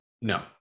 no